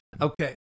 Okay